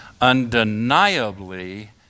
undeniably